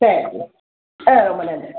சரிங்க ஆ ரொம்ப நன்றி